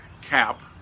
cap